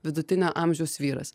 vidutinio amžiaus vyras